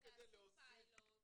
תעשו פיילוט